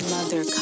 Mother